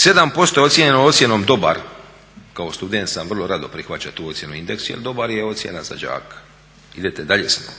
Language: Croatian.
7% je ocijenjeno ocjenom dobar. Kao student sam vrlo dobro prihvaćao tu ocjenu u indeks, jer dobar je ocjena za đaka, idete dalje s njom.